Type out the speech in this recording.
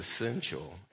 essential